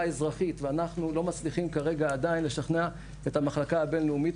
אזרחית ואנחנו לא מצליחים כרגע עדיין לשכנע את המחלקה הבינלאומית,